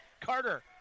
Carter